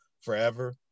forever